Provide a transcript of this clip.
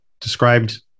Described